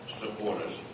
supporters